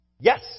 Yes